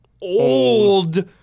old